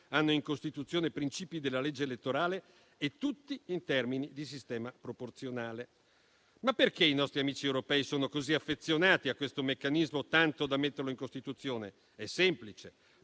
hanno in Costituzione i principi della legge elettorale e tutti in termini di sistema proporzionale. Ma perché i nostri amici europei sono così affezionati a questo meccanismo, tanto da metterlo in Costituzione? È semplice: